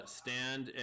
stand